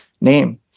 name